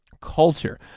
culture